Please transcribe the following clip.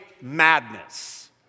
madness